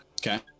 Okay